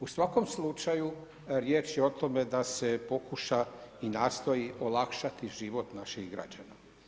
U svakom slučaju riječ je o tome da se pokuša i nastoji olakšati život naših građana.